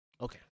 Okay